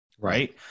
Right